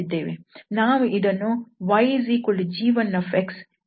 ನಾವು ಇದನ್ನು yg1 ಈ ಕರ್ವ್ ಅನ್ನು C1 ಎಂದು ಕರೆಯೋಣ